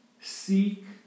seek